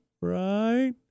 Right